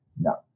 No